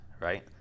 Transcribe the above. right